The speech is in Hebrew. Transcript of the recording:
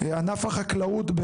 ענף החקלאות,